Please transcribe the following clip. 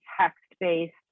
text-based